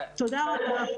תודה רבה.